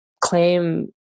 claim